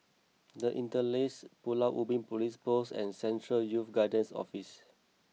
the Interlace Pulau Ubin Police Post and Central Youth Guidance Office